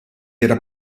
era